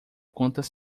quantas